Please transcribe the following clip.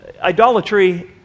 Idolatry